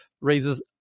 raises